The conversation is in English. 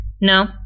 no